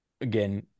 again